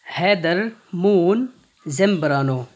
Haider Moon Zambrano